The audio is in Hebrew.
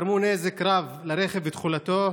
גרמו נזק רב לרכב ותכולתו,